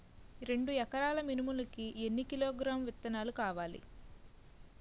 రెండు ఎకరాల మినుములు కి ఎన్ని కిలోగ్రామ్స్ విత్తనాలు కావలి?